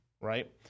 right